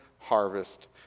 harvest